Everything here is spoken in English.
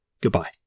goodbye